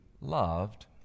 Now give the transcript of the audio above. loved